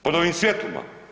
Pod ovim svjetlima.